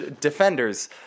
Defenders